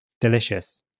delicious